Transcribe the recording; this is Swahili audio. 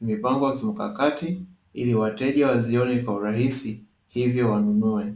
Vimepangwa kimkakati ili wateja wazione kwa urahisi, hivyo wanunue.